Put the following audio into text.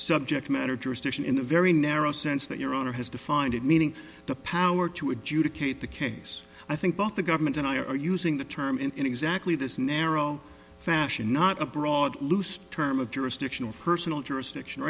subject matter jurisdiction in a very narrow sense that your honor has to find it meaning the power to adjudicate the case i think both the government and i are using the term in exactly this narrow fashion not a broad loose term of jurisdictional personal jurisdiction or